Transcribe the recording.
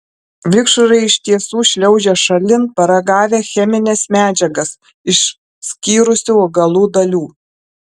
vikšrai iš tiesų šliaužia šalin paragavę chemines medžiagas išskyrusių augalų dalių